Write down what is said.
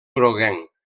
groguenc